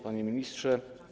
Panie Ministrze!